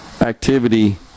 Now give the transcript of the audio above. activity